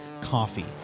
coffee